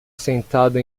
sentado